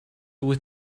with